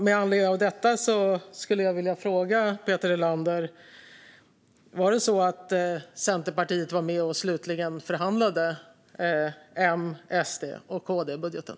Med anledning av detta vill jag fråga Peter Helander följande: Var det så att Centerpartiet var med och slutligen förhandlade M-SD-KD-budgeten?